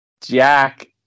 Jack